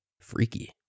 freaky